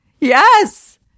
yes